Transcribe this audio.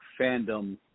fandom